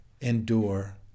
endure